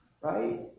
right